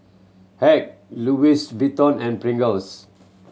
Hack Louis Vuitton and Pringles